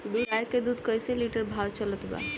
गाय के दूध कइसे लिटर भाव चलत बा?